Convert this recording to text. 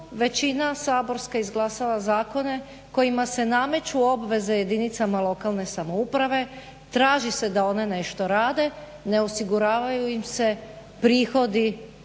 većina saborske izglasava zakone kojima se nameću obveze jedinicama lokalne samouprave, traže se da one nešto rade, ne osiguravaju im se prihodi